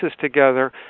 together